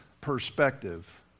perspective